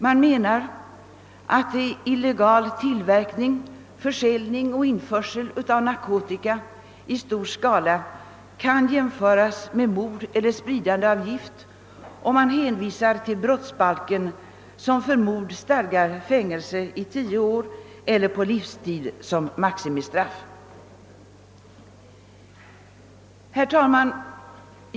Man menar att illegal tillverkning, försäljning och införsel av narkotika i stor skala kan jämföras med mord eller spridande av gift, och man hänvisar till brottsbalken som för mord stadgar fängelse i tio år eller på livstid som maximistraff. Herr talman!